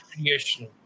creation